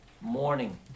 morning